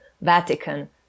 Vatican